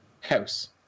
House